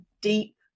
deep